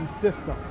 system